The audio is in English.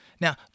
Now